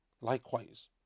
Likewise